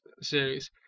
series